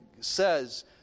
says